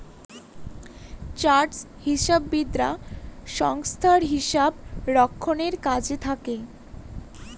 chartered হিসাববিদরা সংস্থায় হিসাব রক্ষণের কাজে থাকে